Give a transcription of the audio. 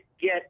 get –